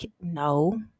no